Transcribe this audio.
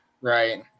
right